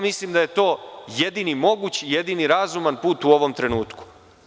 Mislim da je to jedini mogući i jedini razuman put u ovom trenutku.